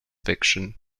fiction